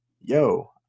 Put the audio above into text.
yo